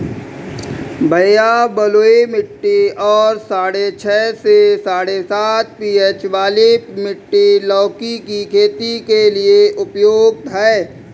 भैया बलुई मिट्टी और साढ़े छह से साढ़े सात पी.एच वाली मिट्टी लौकी की खेती के लिए उपयुक्त है